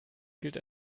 gilt